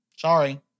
sorry